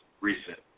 recent